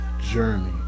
journey